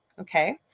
Okay